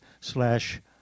slash